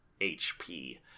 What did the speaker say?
HP